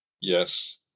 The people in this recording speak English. Yes